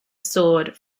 sword